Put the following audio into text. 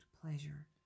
pleasure